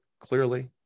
Clearly